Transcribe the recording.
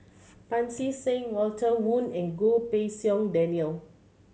Pancy Seng Walter Woon and Goh Pei Siong Daniel